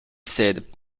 said